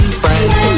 friends